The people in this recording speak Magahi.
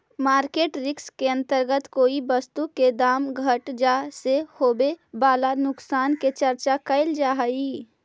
मार्केट रिस्क के अंतर्गत कोई वस्तु के दाम घट जाए से होवे वाला नुकसान के चर्चा कैल जा हई